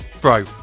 Bro